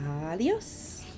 Adios